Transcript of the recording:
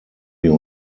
wir